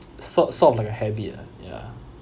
sort sort of like a habit ah ya